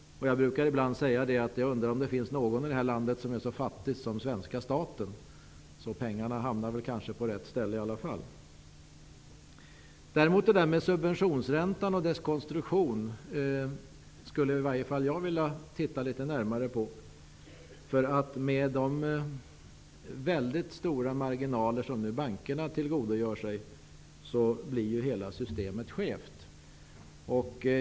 Jag undrar om det finns någon här i landet som är så fattig som svenska staten, så pengarna hamnar kanske i alla fall på rätt ställe. Subventionsräntan och dess konstruktion skulle i varje fall jag däremot vilja titta litet närmare på. Med de stora marginaler som bankerna nu tillgodogör sig blir hela systemet skevt.